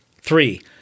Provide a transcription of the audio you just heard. Three